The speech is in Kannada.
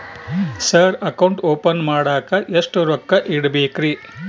ಸರ್ ಅಕೌಂಟ್ ಓಪನ್ ಮಾಡಾಕ ಎಷ್ಟು ರೊಕ್ಕ ಇಡಬೇಕ್ರಿ?